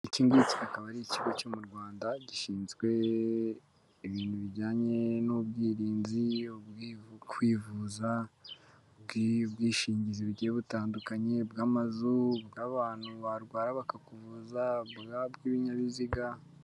Ikingiki akaba ari ikigo cyo mu Rwanda gishinzwe ibintu bijyanye n'ubwirinzi, kwivuza, ubw'bwishingizi bugiye butandukanye bw'amazu, bw'abantu barwara bakakuvuza n'ubw'ibinyabiziga